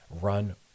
Run